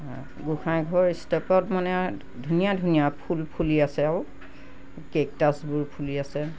গোসাঁই ঘৰৰ ষ্টেপত মানে ধুনীয়া ধুনীয়া আৰু ফুল ফুলি আছে আৰু কেকটাছ্বোৰ ফুলি আছে